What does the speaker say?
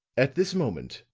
at this moment,